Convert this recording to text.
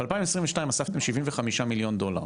ב-2022 אספתם 75 מיליון דולר